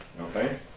Okay